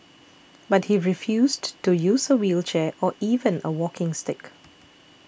but he refused to use a wheelchair or even a walking stick